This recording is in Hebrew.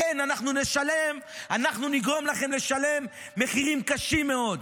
כן, אנחנו נגרום לכם לשלם מחירים קשים מאוד.